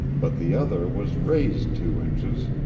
but the other was raised two inches,